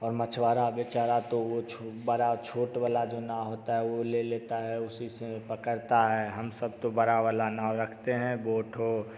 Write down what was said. और मछुआरा बेचार तो वो छो बड़ा छोट वाला जो नाव होता है वो ले लेता है उसी से पकड़ता है हम सब तो बड़ा वाला नाव रखते हैं बोट हो